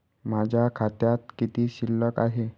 माझ्या खात्यात किती शिल्लक आहे?